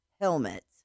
helmets